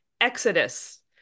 Exodus